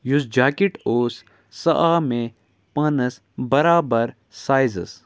یُس جاکٮ۪ٹ اوس سُہ آو مےٚ پانَس بَرابَر سایزَس